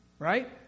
Right